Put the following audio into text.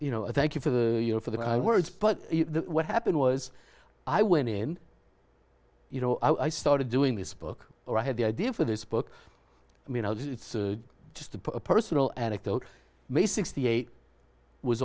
you know i thank you for your for the words but what happened was i went in you know i started doing this book or i had the idea for this book and you know it's just a personal anecdote may sixty eight was